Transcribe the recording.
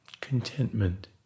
Contentment